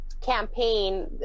campaign